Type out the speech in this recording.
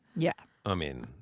yeah. i mean.